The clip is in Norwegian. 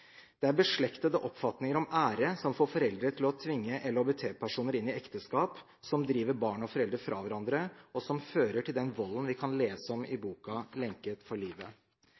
Det er beslektede oppfatninger om ære som får foreldre til å tvinge LHBT-personer inn i ekteskap, som driver barn og foreldre fra hverandre, og som fører til den volden vi kan lese om i boken Lenket for livet?.